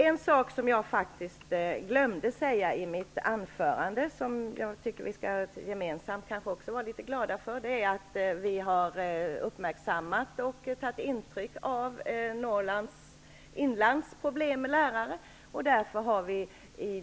En sak som jag glömde att tala om i mitt huvudanförande men som, tycker jag, vi nog överlag skall vara ganska glada över är att vi har uppmärksammat och tagit intryck av Norrlands inlands problem när det gäller lärarna.